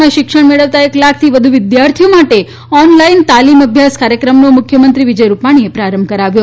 માં શિક્ષણ મેળવતા એક લાખથી વધુ વિદ્યાર્થીઓ માટે ઓનલાઇન તાલીમ અભ્યાસ કાર્યક્રમનો મુખ્યમંત્રી વિજય રૂપાણીએ પ્રારંભ કરાવ્યો